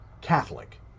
Catholic